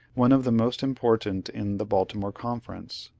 one of the most important in the baltimore conference.